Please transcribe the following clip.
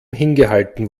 hingehalten